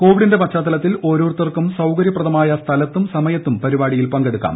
കോവിഡിന്റെ പശ്ചാത്തലത്തിൽ ഓരോരുത്തർക്കും സൌകര്യപ്രദമായ സ്ഥലത്തും സമയത്തും പരിപാടിയിൽ പങ്കെടുക്കാം